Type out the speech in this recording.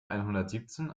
einhundertsiebzehn